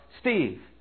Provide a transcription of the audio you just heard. Steve